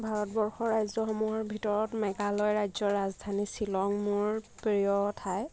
ভাৰতবৰ্ষৰ ৰাজ্য়সমূহৰ ভিতৰত মেঘালয়ৰ ৰাজধানী শ্বিলং মোৰ প্ৰিয় ঠাই